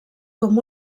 com